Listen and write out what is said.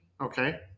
Okay